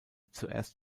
zuerst